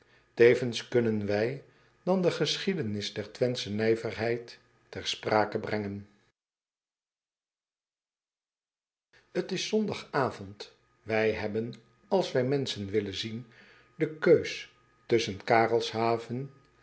evens kunnen wij dan de geschiedenis der wenthsche nijverheid ter sprake brengen t s ondag avond ij hebben als wij menschen willen zien de keus tusschen arelshaven